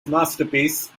masterpiece